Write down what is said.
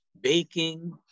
baking